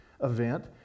event